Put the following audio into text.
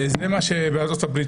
זה מה שקורה בארצות-הברית.